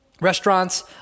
Restaurants